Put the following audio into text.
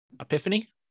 epiphany